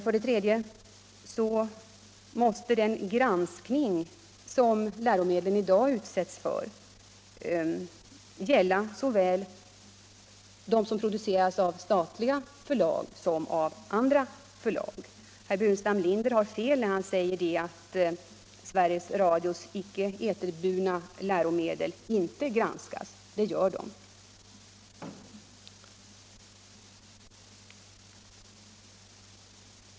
För det tredje måste den granskning som läromedlen i dag utsätts för gälla både de som produceras av statliga förlag och de som framställs av andra förlag. Herr Burenstam Linder har fel när han säger att Sveriges Radios icke eterburna läromedel inte granskas. De blir granskade.